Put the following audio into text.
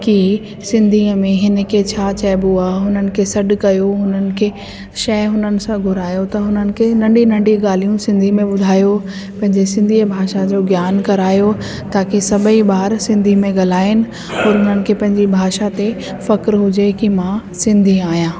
की सिंधी में हिनखे छा चएबो आहे हुननि खे सॾु कयो हुनखे शइ उन्हनि सां घुरायो त हुननि खे नंढी नंढी ॻाल्हियूं सिंधी में ॿुधायो पंहिंजे सिंधी भाषा जो ज्ञान करायो ताकि सभई ॿार सिंधी में ॻल्हाइनि त हुननि खे पंहिंजे भाषा ते फ़खुर हुजे की मां सिंधी आहियां